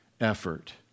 effort